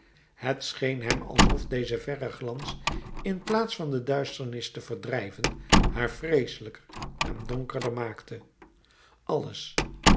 het scheen hem alsof deze verre glans in plaats van de duisternis te verdrijven haar vreeselijker en donkerder maakte alles